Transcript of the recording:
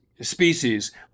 species